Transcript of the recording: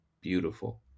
beautiful